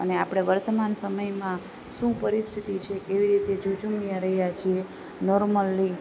અને આપણા વર્તમાન સમયમાં શું પરિસ્થિતિ છે કેવી રીતે ઝઝૂમી રહ્યાં છે નોર્મલી